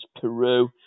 Peru